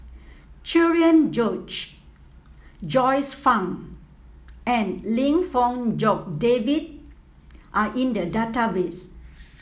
Cherian George Joyce Fan and Lim Fong Jock David are in the database